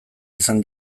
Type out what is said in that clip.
izan